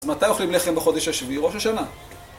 אז מתי אוכלים לחם בחודש השביעי? ראש השנה